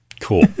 Cool